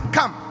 Come